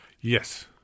Yes